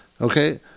Okay